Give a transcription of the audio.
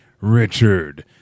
Richard